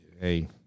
Hey